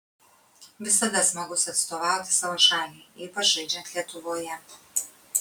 visada smagus atstovauti savo šaliai ypač žaidžiant lietuvoje